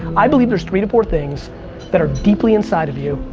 i believe there's three to four things that are deeply inside of you,